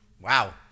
wow